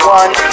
one